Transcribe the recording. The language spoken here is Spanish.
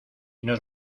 nos